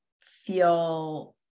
feel